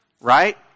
Right